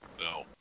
No